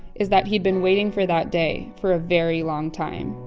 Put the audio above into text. is that he'd been waiting for that day for a very long time